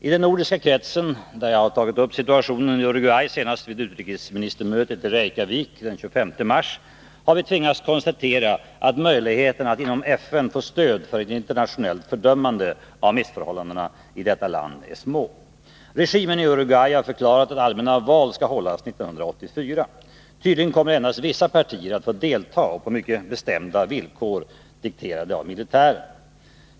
I den nordiska kretsen, där jag tagit upp situationen i Uruguay senast vid utrikesministermötet i Reykjavik den 25 mars, har vi tvingats konstatera att möjligheterna att inom FN få stöd för ett internationellt fördömande av missförhållandena i detta land är små. Regimen i Uruguay har förklarat att allmänna val skall hållas 1984. Tydligen kommer endast vissa partier att få deltaga och på mycket bestämda villkor, dikterade av militären.